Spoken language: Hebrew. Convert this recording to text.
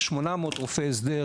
800 רופאי הסדר